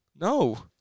No